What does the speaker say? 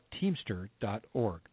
teamster.org